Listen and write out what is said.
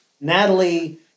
Natalie